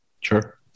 Sure